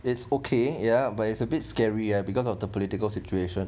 it's okay ya but it's a bit scary ah because of the political situation